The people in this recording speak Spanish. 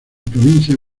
provincia